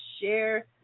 share